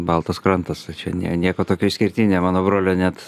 baltas krantas tai čia ne nieko tokio išskirtinio mano brolio net